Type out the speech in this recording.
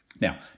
Now